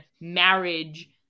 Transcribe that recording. marriage